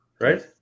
Right